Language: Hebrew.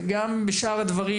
וגם בשאר הדברים,